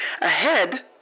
Ahead